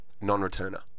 non-returner